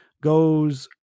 goes